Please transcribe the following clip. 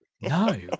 No